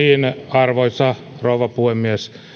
arvoisa rouva puhemies